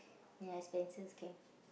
ya expenses can